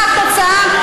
מה התוצאה?